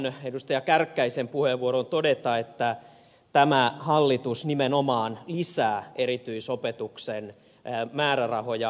kärkkäisen puheenvuoroon todeta että tämä hallitus nimenomaan lisää erityisopetuksen määrärahoja